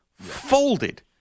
folded